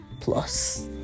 plus